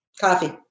Coffee